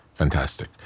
Fantastic